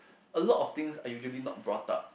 a lot of things are usually not brought up